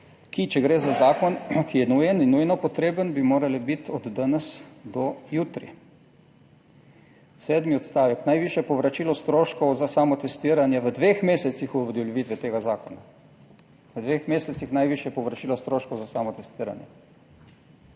ki, če gre za zakon, ki je nujen in nujno potreben, bi morale biti od danes do jutri. Sedmi odstavek. Najvišje povračilo stroškov za samo testiranje v dveh mesecih uveljavitve tega zakona. V dveh mesecih najvišje povračilo stroškov za samo testiranje.